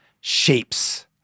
shapes